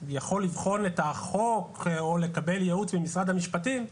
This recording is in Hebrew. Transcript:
יכול לבחון את החוק או לקבל ייעוץ ממשרד המשפטים,